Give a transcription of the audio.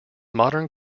modern